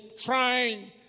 trying